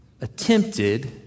attempted